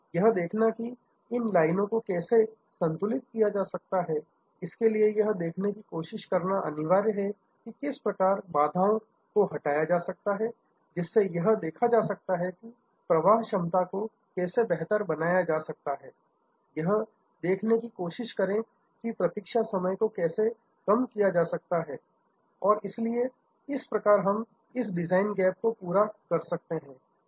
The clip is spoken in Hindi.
यह देखना कि इन लाइनों को कैसे संतुलित किया जा सकता है इसके लिए यह देखने की कोशिश करना अनिवार्य है कि किस प्रकार बाधाओं बोतल नेक्स को हटाया जा सकता है जिससे यह देखा जा सकता है कि प्रवाह क्षमता थ्रू पुट को कैसे बेहतर बनाया जा सकता है यह देखने की कोशिश करें कि प्रतीक्षा समय को कैसे कम किया जा सकता है और इसलिए इस प्रकार हम इस डिजाइन गैप को पूरा कर सकते हैं